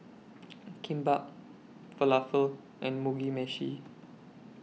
Kimbap Falafel and Mugi Meshi